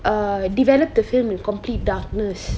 err develop the film in complete darkness